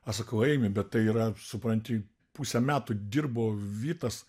aš sakau eimi bet tai yra supranti pusę metų dirbo vytas